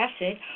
acid